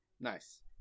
Nice